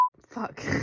Fuck